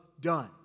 done